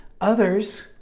others